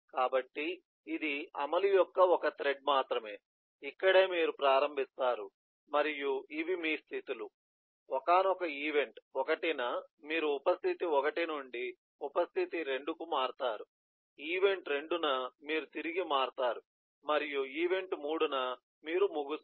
కాబట్టి ఇది అమలు యొక్క ఒక థ్రెడ్ మాత్రమే ఇక్కడే మీరు ప్రారంభిస్తారు మరియు ఇవి మీ స్థితి లు ఒకానొక ఈవెంట్ 1 న మీరు ఉప స్థితి 1 నుండి ఉప స్థితి 2 కు మారుతారు ఈవెంట్ 2 న మీరు తిరిగి మారతారు మరియు ఈవెంట్ 3 న మీరు ముగిస్తారు